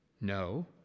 No